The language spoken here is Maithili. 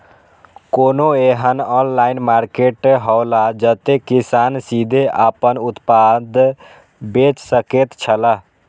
कोनो एहन ऑनलाइन मार्केट हौला जते किसान सीधे आपन उत्पाद बेच सकेत छला?